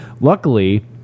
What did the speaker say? Luckily